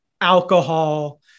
alcohol